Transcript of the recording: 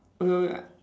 okay okay I